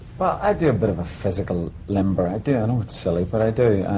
well, i do a bit of a physical limber. i do. i know it's silly, but i do.